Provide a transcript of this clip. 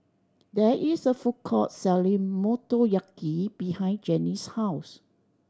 there is a food court selling Motoyaki behind Jannie's house